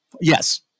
Yes